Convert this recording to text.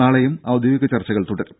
നാളെയും ഔദ്യോഗിക ചർച്ചകൾ തുടരും